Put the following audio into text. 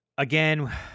Again